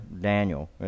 Daniel